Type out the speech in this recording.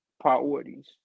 priorities